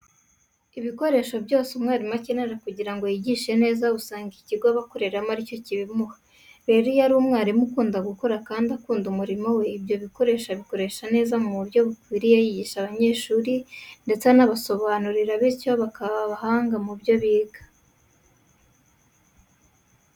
Ibikoresho byose umwarimu akenera kugira ngo yigishe neza usanga ikigo aba akoreramo ari cyo kibimuha. Rero iyo ari umwarimu ukunda gukora kandi agakunda umurimo we, ibyo bikoresho abikoresha neza mu buryo bukwiriye yigisha abanyeshuri ndetse anabasobanurira bityo bakaba abahanga mu byo biga.